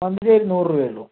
monthly ഒരു നൂറു രുപയേ ഉള്ളൂ